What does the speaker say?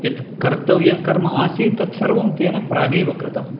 यत् कर्तव्यं कर्म आसीत् तत्सर्वं तेन प्रागेवकृतं